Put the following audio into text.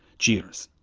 cheers.